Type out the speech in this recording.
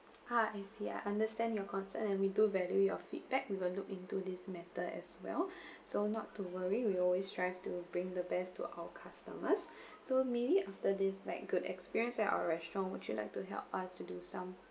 ah I see ya I understand your concern and we do value your feedback we will look into this matter as well so not to worry we always strive to bring the best to our customers so maybe after this like good experience at our restaurant would you like to help us to do some